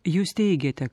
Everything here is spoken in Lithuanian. jūs teigiate